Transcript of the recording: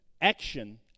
action